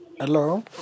Hello